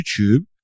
YouTube